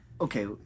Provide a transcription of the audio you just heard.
Okay